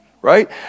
right